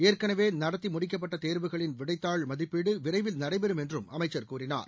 ஏற்கனவே நடத்தி முடிக்கப்பட்ட தோ்வுகளின் விடைத்தாள் மதிப்பீடு விரைவில் நடைபெறும் என்றும் அமைச்சர் கூறினார்